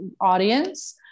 audience